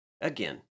Again